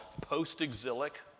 post-exilic